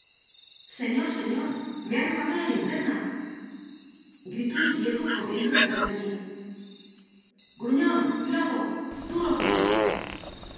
señor señor me ha robado la linterna gritó el viejo corriendo detrás de mí g ruñón lobo duro con él